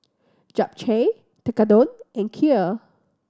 Japchae Tekkadon and Kheer